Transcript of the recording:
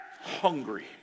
hungry